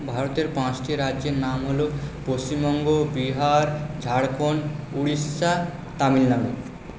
ভারতের পাঁচটি রাজ্যের নাম হলো পশ্চিমবঙ্গ বিহার ঝাড়খণ্ড উড়িষ্যা তামিলনাড়ু